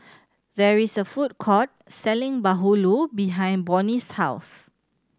there is a food court selling bahulu behind Bonny's house